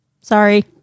Sorry